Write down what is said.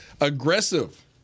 Aggressive